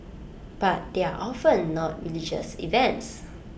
but they are often not religious events